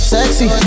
Sexy